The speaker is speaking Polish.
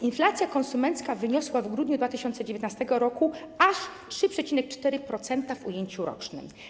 Inflacja konsumencka wyniosła w grudniu 2019 r. aż 3,4% w ujęciu rocznym.